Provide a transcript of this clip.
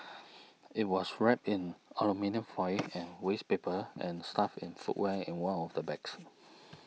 it was wrapped in aluminium foil and waste paper and stuffed in footwear in one of the bags